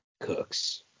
Cooks